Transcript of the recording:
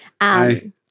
Hi